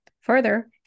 Further